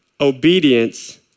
obedience